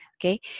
Okay